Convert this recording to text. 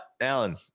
Alan